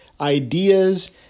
ideas